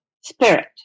spirit